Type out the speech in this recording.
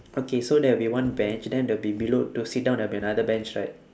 okay so there will be one bench then there will be below to sit down there'll be another bench right